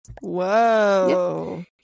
Whoa